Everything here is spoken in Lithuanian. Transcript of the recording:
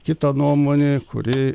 kita nuomonė kuri